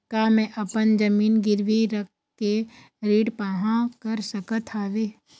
का मैं अपन जमीन गिरवी रख के ऋण पाहां कर सकत हावे?